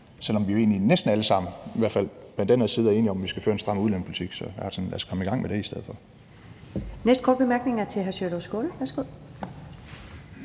egentlig næsten alle sammen, i hvert fald på den her side, er enige om, at vi skal føre en stram udlændingepolitik. Så lad os komme i gang med det i stedet for. Kl. 15:38 Første næstformand (Karen